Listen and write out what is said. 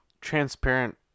transparent